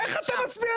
מי נמנע?